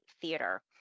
theater